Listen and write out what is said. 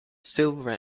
silver